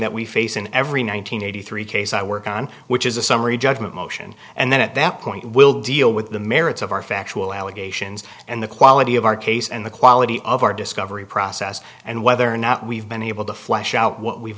that we face in every one thousand nine hundred three case i work on which is a summary judgment motion and then at that point we'll deal with the merits of our factual allegations and the quality of our case and the quality of our discovery process and whether or not we've been able to flesh out what we've